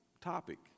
topic